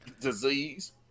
disease